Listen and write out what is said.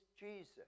Jesus